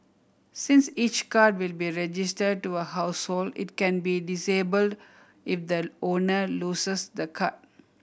since each card will be registered to a household it can be disabled if the owner loses the card